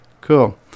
Cool